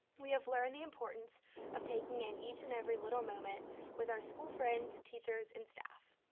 we have learned the importance of taking in each and every little moment with our school friends, teachers and staff.